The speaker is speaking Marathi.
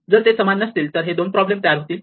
जर ते समान नसतील तर हे दोन सब प्रॉब्लेम तयार होतील